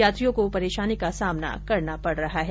यात्रियों को परेशानी का सामना करना पड रहा है